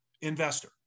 investor